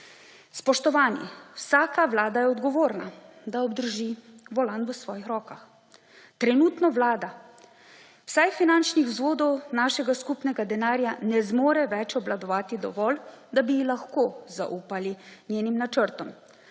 Spoštovani, vsaka vlada je odgovorna, da obdrži volan v svojih rokah. Trenutno vlada vsaj finančnih vzvodov našega skupnega denarja ne zmore več obvladovati dovolj, da bi lahko zaupali njenim načrtom,